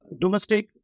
Domestic